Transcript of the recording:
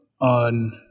on